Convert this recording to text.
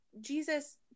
Jesus